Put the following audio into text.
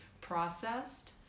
processed